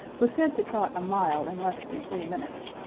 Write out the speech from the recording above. was said to trot a mile in less than three minutes,